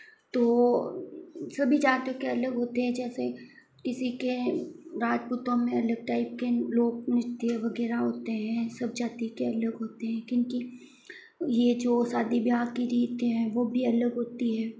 तो सभी जातियों के अलग होते हैं जैसे किसी के राजपूतों में अलग टाइप के लोग नृत्य वगैरह होते हैं सब जाति के लोग होते हैं क्योंकि ये जो शादी ब्याह की रीतें हैं वो भी अलग होती हैं